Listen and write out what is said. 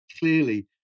clearly